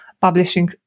publishing